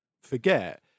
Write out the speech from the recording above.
forget